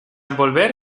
envolver